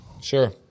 Sure